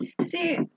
See